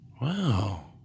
Wow